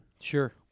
Sure